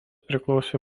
priklausė